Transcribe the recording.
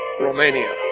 Romania